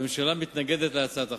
הממשלה מתנגדת להצעת החוק.